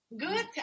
good